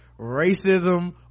racism